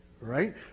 right